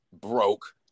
broke